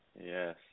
Yes